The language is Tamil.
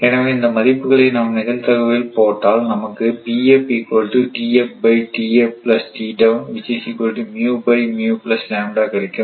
எனவே இந்த மதிப்புகளை நாம் நிகழ்தகவில் போட்டால் நமக்கு கிடைக்கும்